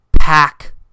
pack